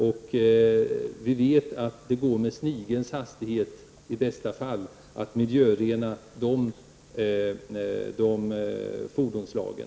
Vi vet att det i bästa fall går med snigelns hastighet att miljörena de fordonsslagen.